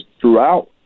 throughout